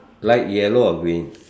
light yellow or green